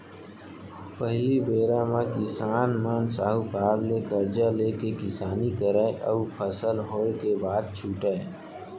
पहिली बेरा म किसान मन साहूकार ले करजा लेके किसानी करय अउ फसल होय के बाद छुटयँ